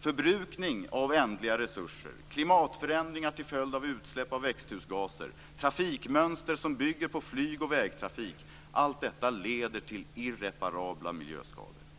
Förbrukning av ändliga resurser, klimatförändringar till följd av utsläpp av växthusgaser, trafikmönster som bygger på flyg och vägtrafik - allt detta leder till irreparabla miljöskador.